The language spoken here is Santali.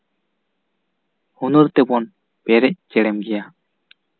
ᱦᱩᱱᱟᱹᱨ ᱛᱮᱵᱚᱱ ᱯᱮᱨᱮᱡ ᱪᱮᱲᱮᱢ ᱜᱮᱭᱟ